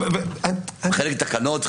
חלק תקנות.